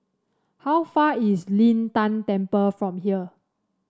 how far is Lin Tan Temple from here